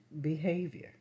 behavior